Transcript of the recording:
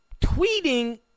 tweeting